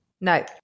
no